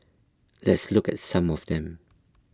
let's look at some of them